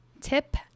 Tip